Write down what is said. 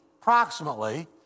approximately